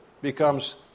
becomes